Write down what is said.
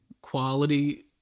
quality